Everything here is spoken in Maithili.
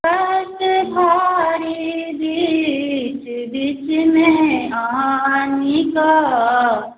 कष्ट भारी बीच बीचमे आनिकऽ